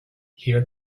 here